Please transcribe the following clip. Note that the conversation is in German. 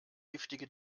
giftige